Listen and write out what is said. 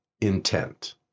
intent